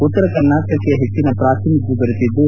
ಉತ್ತರ ಕರ್ನಾಟಕಕ್ಕೆ ಹೆಚ್ಚನ ಪ್ರಾತಿನಿಧ್ದು ದೊರೆತಿದ್ದು